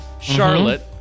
Charlotte